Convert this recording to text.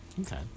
Okay